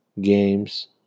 games